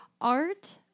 Art